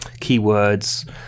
keywords